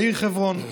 בעיר חברון.